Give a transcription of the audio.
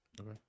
Okay